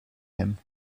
him